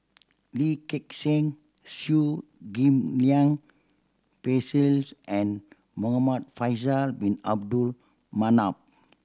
Lee Gek Seng Chew Ghim Lian Phyllis and Muhamad Faisal Bin Abdul Manap